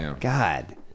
god